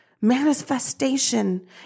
Manifestation